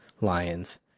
Lions